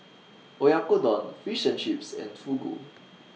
Oyakodon Fish and Chips and Fugu